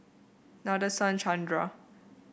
Nadasen Chandra